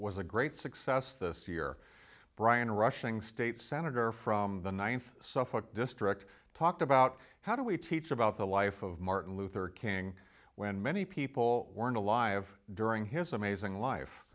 was a great success this year brian rushing state senator from the ninth so what district talked about how do we teach about the life of martin luther king when many people weren't alive during his amazing life